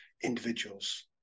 individuals